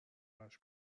براش